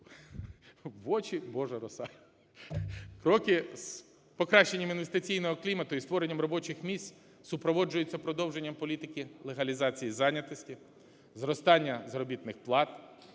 В очі – Божа роса. Кроки з покращення інвестиційного клімату і створення робочих місць супроводжуються продовженням політики легалізації зайнятості, зростання заробітних плат,